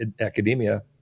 academia